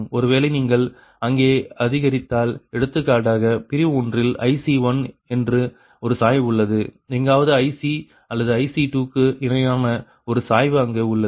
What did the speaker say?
ஒருவேளை நீங்கள் அங்கே அதிகரித்தால் எடுத்துக்காட்டாக பிரிவு ஒன்றில் IC1 என்று ஒரு சாய்வு உள்ளது எங்காவது IC அல்லது IC2 க்கு இணையான ஒரு சாய்வு அங்கே உள்ளது